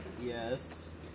yes